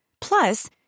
Plus